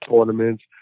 tournaments